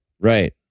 Right